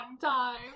time